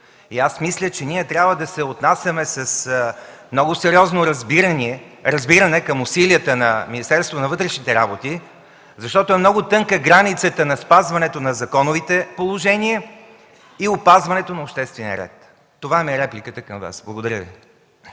Мисля, че трябва да се отнасяме с много сериозно разбиране към усилията на Министерството на вътрешните работи, защото е много тънка границата между спазването на законовите положения и опазването на обществения ред. Това е репликата ми към Вас. ПРЕДСЕДАТЕЛ